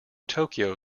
tokyo